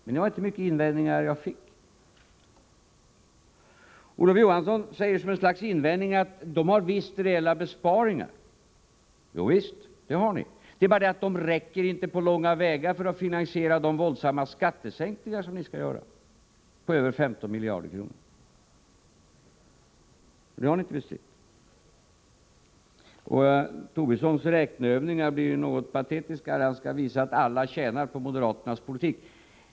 Men det var inte mycket invändningar som jag fick. Olof Johansson säger som något slags invändning att centerpartiet visst har reella besparingar. Jovisst, men de räcker inte på långa vägar för att finansiera de våldsamma skattesänkningar på över 50 miljarder kronor som man skall göra — och det har ni inte bestritt. Lars Tobissons räkneövningar — där han skall visa att alla tjänar på moderaternas politik — blir något patetiska.